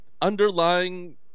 underlying